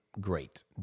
great